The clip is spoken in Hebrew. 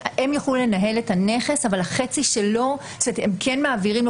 אם הם גרים בדירה הם גרים בדירה, אבל אם לא,